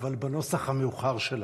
אבל בנוסח המאוחר שלה.